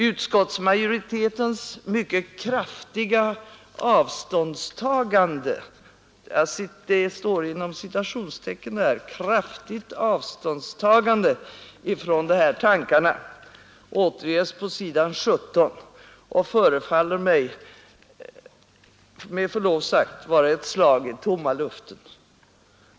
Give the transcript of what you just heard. Utskottsmajoritetens ”kraftiga avståndstagande” från de här tankarna återges på s. 17 i civilutskottets betänkande och förefaller mig med förlov sagt vara ett slag i tomma luften.